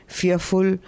fearful